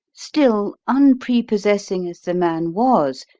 still, unprepossessing as the man was,